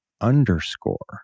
underscore